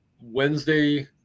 wednesday